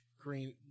Green